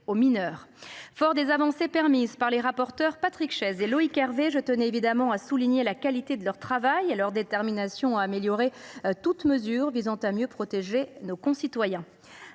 regard des avancées permises par les rapporteurs Patrick Chaize et Loïc Hervé, je tenais à souligner la qualité de leur travail et leur détermination à améliorer toute mesure visant à mieux protéger nos concitoyens.